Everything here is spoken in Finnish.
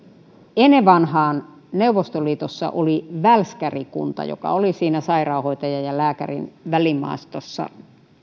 ennen vanhaan neuvostoliitossa oli välskärikunta joka oli siinä ja sairaanhoitajan ja lääkärin välimaastossa